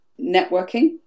networking